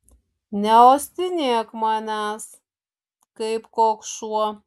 neuostinėk manęs kaip koks šuo